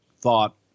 thought